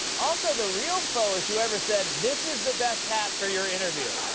also, the real foe is whoever said, this is the best hat for your interview.